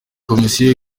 komisiyo